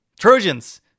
Trojans